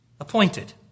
appointed